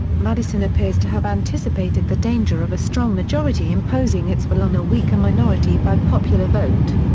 madison appears to have anticipated the danger of a strong majority imposing its will on a weaker minority by popular vote.